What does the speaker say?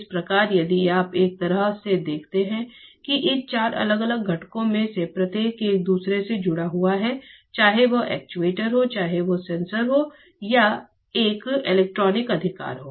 इस प्रकार यदि आप एक तरह से देखते हैं कि इन 4 अलग अलग घटकों में से प्रत्येक एक दूसरे से जुड़ा हुआ है चाहे वह एक्चुएटर हो चाहे वह सेंसर संरचना हो या यह एक इलेक्ट्रॉनिक्स अधिकार हो